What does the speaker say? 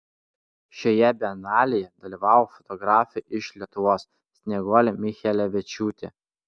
šioje bienalėje dalyvavo fotografė iš lietuvos snieguolė michelevičiūtė